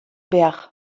behar